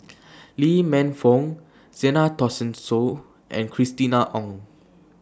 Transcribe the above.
Lee Man Fong Zena Tessensohn and Christina Ong